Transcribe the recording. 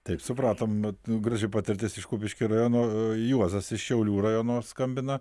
taip supratom graži patirtis iš kupiškio rajono juozas iš šiaulių rajono skambina